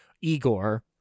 Igor